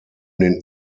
den